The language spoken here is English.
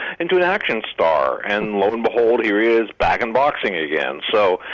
into action star and lo and behold here is back in boxing again so